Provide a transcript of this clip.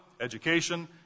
education